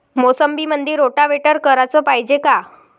मोसंबीमंदी रोटावेटर कराच पायजे का?